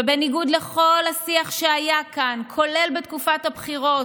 ובניגוד לכל השיח שהיה כאן, כולל בתקופת הבחירות,